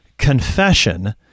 Confession